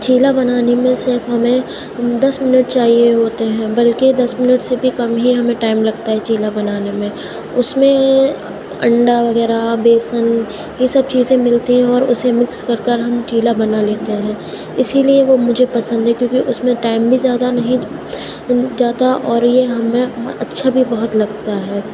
چھیلا بنانے میں صرف ہمیں دس منٹ چاہیے ہوتے ہیں بلکہ دس منٹ سے بھی کم ہی ہمیں ٹائم لگتا ہے چھیلا بنانے میں اس میں انڈا وغیرہ بیسن یہ سب چیزیں ملتی ہیں اسے میکس کرکر ہم چھیلا بنالیتے ہیں اسی لیے مجھے پسند ہے کیوں کہ اس میں ٹائم بھی زیادہ نہیں جاتا اور یہ ہمیں اچھا بھی بہت لگتا ہے